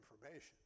information